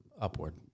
upward